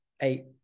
eight